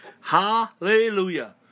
Hallelujah